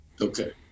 Okay